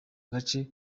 gace